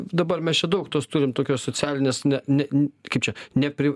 dabar mes čia daug tos turim tokios socialinės ne ne kaip čia nepri